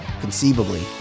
conceivably